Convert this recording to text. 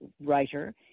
writer